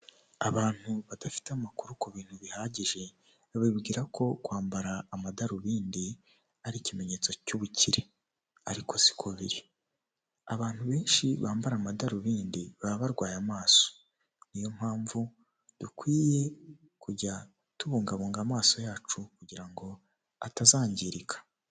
Abantu badafite amakuru ku bintu bihagije bababwira ko kwambara amadarubindi ari ikimenyetso cy'ubukire, ariko siko biri abantu benshi bambara amadarubindi baba barwaye amaso, niyo mpamvu dukwiye kujya tubungabunga amaso yacu kugira ngo atazangirika.